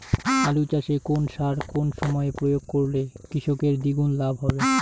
আলু চাষে কোন সার কোন সময়ে প্রয়োগ করলে কৃষকের দ্বিগুণ লাভ হবে?